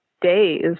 days